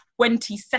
22nd